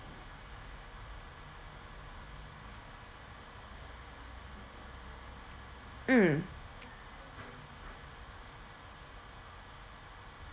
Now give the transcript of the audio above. mm